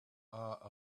are